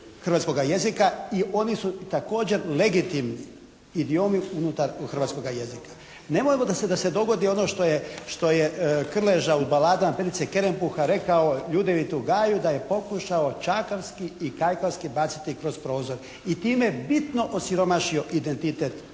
hrvatskoga jezika i oni su također legitimni idiomi unutar hrvatskoga jezika. Nemojmo da se dogodi ono što je Krleža u "Baladama Petrice Kerempuha" rekao Ljudevitu Gaju, da je pokušao čakavski i kajkavski baciti kroz prozor. I time bitno osiromašio identitet hrvatskog